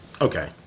Okay